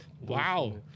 Wow